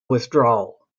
withdrawal